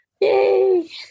yay